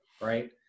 right